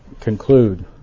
conclude